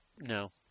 No